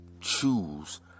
choose